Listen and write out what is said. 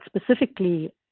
specifically